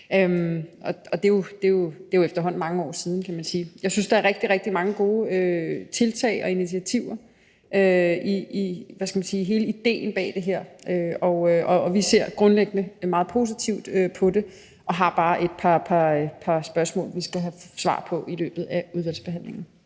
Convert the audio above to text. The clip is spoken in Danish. og det er jo efterhånden mange år siden, kan man sige. Jeg synes, der er rigtig, rigtig mange gode tiltag og initiativer i hele idéen bag det her. Vi ser grundlæggende meget positivt på det og har bare et par spørgsmål, vi skal have svar på i løbet af udvalgsbehandlingen.